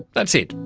that's it,